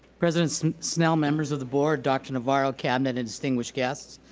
president so snell, members of the board, dr. navarro, cabinet and distinguished guests,